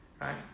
right